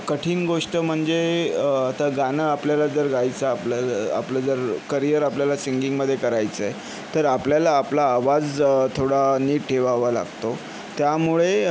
कठीण गोष्ट म्हणजे तर गाणं आपल्याला जर गायचं आपल्याल आपलं जर करिअर आपल्याला सिंगिंगमधे करायचं आहे तर आपल्याला आपला आवाज थोडा नीट ठेवावा लागतो त्यामुळे